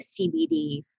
CBD